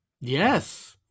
Yes